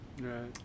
Right